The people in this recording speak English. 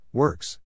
Works